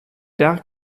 dar